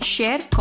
Share